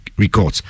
Records